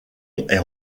est